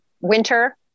winter